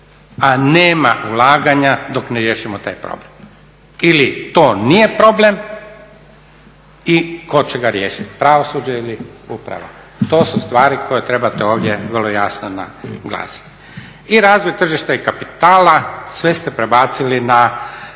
a nema ulaganja dok ne riješimo taj problem ili to nije problem i tko će ga riješiti, pravosuđe ili uprava. To su stvari koje trebate ovdje vrlo jasno naglasiti. I razvoj tržišta i kapitala, sve ste prebacili na